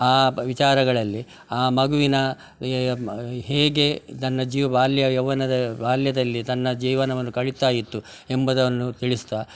ಆ ವಿಚಾರಗಳಲ್ಲಿ ಆ ಮಗುವಿನ ಹೇಗೆ ಇದನ್ನು ಜೀವ ಬಾಲ್ಯ ಯೌವ್ವನದ ಬಾಲ್ಯದಲ್ಲಿ ತನ್ನ ಜೀವನವನ್ನು ಕಳಿತಾ ಇತ್ತು ಎಂಬುದನ್ನು ತಿಳಿಸ್ತಾ